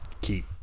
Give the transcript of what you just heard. keep